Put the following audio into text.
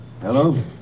Hello